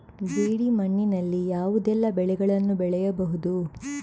ಜೇಡಿ ಮಣ್ಣಿನಲ್ಲಿ ಯಾವುದೆಲ್ಲ ಬೆಳೆಗಳನ್ನು ಬೆಳೆಯಬಹುದು?